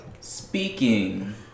Speaking